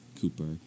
Cooper